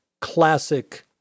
classic